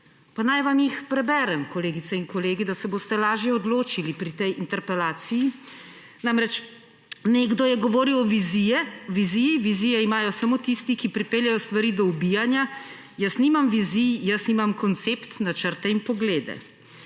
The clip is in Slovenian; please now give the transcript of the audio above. naj vam jih preberem, kolegice in kolegi, da se boste lažje odločili pri tej interpelaciji. Namreč nekdo je govoril o viziji. »Vizije imajo samo tisti, ki pripeljejo stvari do ubijanja, jaz nimam vizij, jaz imam koncept, načrte in poglede.